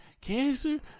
Cancer